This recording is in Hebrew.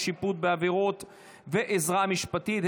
שיפוט בעבירות ועזרה משפטית),